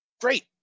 Great